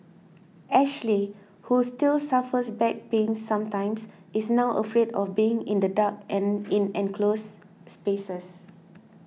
Ashley who still suffers back pains sometimes is now afraid of being in the dark and in enclosed spaces